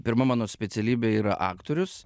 pirma mano specialybė yra aktorius